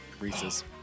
Reese's